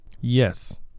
Yes